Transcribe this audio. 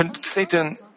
Satan